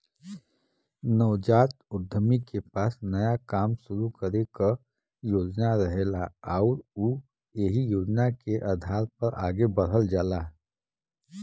नवजात उद्यमी के पास नया काम शुरू करे क योजना रहेला आउर उ एहि योजना के आधार पर आगे बढ़ल जाला